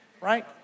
right